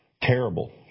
terrible